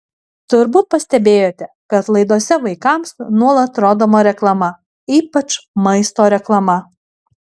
turbūt pastebėjote kad laidose vaikams nuolat rodoma reklama ypač maisto reklama